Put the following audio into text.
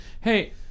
Hey